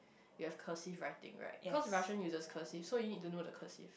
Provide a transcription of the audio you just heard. you have cursive writing right because Russian you just cursive so you need to know the cursive